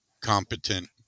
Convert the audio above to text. competent